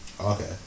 Okay